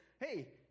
Hey